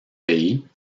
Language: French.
pays